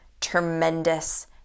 tremendous